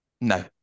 No